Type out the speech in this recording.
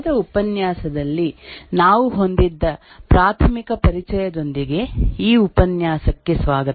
ಕಳೆದ ಉಪನ್ಯಾಸದಲ್ಲಿ ನಾವು ಹೊಂದಿದ್ದ ಪ್ರಾಥಮಿಕ ಪರಿಚಯದೊಂದಿಗೆ ಈ ಉಪನ್ಯಾಸಕ್ಕೆ ಸ್ವಾಗತ